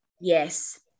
Yes